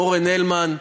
אורן הלמן,